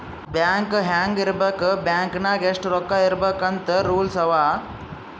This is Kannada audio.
ಬ್ಯಾಂಕ್ ಹ್ಯಾಂಗ್ ಇರ್ಬೇಕ್ ಬ್ಯಾಂಕ್ ನಾಗ್ ಎಷ್ಟ ರೊಕ್ಕಾ ಇರ್ಬೇಕ್ ಅಂತ್ ರೂಲ್ಸ್ ಅವಾ